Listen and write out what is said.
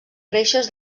reixes